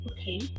Okay